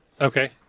Okay